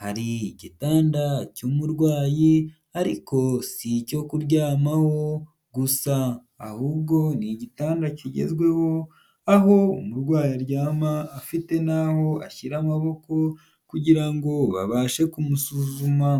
hari igitanda cy'umurwayi ariko si icyo kuryamaho gusa, ahubwo ni igitanda kigezweho, aho umurwayi aryama afite n'aho ashyira amaboko kugira ngo babashe kumusuzuma.